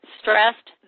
stressed